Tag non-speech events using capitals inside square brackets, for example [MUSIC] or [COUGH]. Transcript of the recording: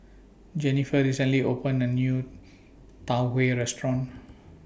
Jenniffer recently opened A New Tau [UNINTELLIGIBLE] Restaurant